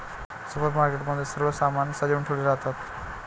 supermarket मध्ये सर्व सामान सजवुन ठेवले राहतात